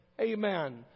Amen